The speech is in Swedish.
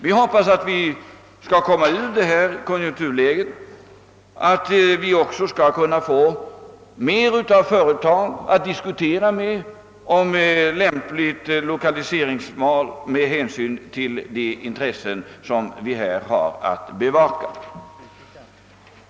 Vi hoppas att vi skall komma ur detta konjunkturläge och få flera företag att diskutera med om lämpligt lokaliseringsval med hänsyn till de intressen som vi har att bevaka.